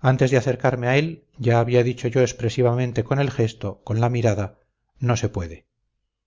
antes de acercarme a él ya había dicho yo expresivamente con el gesto con la mirada no se puede